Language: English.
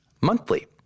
monthly